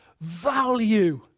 value